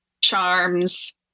charms